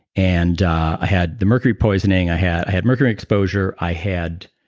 and i had the mercury poisoning, i had i had mercury exposure. i had